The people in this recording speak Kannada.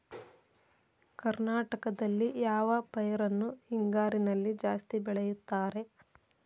ಕರ್ನಾಟಕದಲ್ಲಿ ಯಾವ ಪೈರನ್ನು ಹಿಂಗಾರಿನಲ್ಲಿ ಜಾಸ್ತಿ ಬೆಳೆಯುತ್ತಾರೆ?